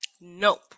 nope